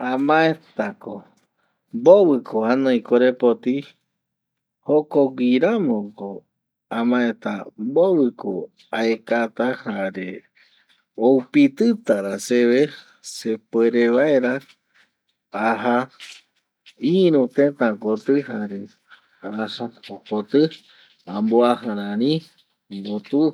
Amae ta ko mbovɨ ko anoi korepoti, jokogui ramo ko amaeta mbovɨ ko aekata jare oupitɨ ta ra seve sepuere vaera aja iru teta kotɨ jare aja jokotɨ ambuaja rari mbutu